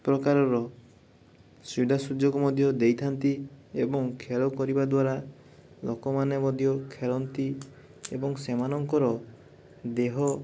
ପ୍ରକାରର ସୁବିଧା ସୁଯୋଗ ମଧ୍ୟ ଦେଇଥାନ୍ତି ଏବଂ ଖେଳ କରିବା ଦ୍ଵାରା ଲୋକମାନେ ମଧ୍ୟ ଖେଳନ୍ତି ଏବଂ ସେମାନଙ୍କର ଦେହ